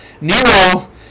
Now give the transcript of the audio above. Nero